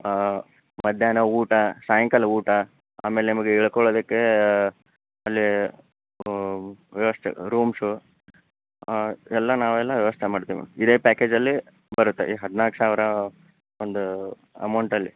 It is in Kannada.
ಮಧ್ಯಾಹ್ನ ಊಟ ಸಾಯಂಕಾಲ ಊಟ ಆಮೇಲೆ ನಿಮಗೆ ಇಳ್ಕೊಳ್ಳೋದಕ್ಕೆ ಅಲ್ಲಿ ವ್ಯವಸ್ಥೆ ರೂಮ್ಸ್ ಎಲ್ಲ ನಾವೆಲ್ಲ ವ್ಯವಸ್ಥೆ ಮಾಡ್ತೇವೆ ಮೇಡಮ್ ಇದೇ ಪ್ಯಾಕೇಜಲ್ಲಿ ಬರುತ್ತೆ ಈ ಹದಿನಾಲ್ಕು ಸಾವಿರ ಒಂದು ಅಮೌಂಟಲ್ಲಿ